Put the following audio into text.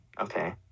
Okay